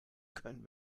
können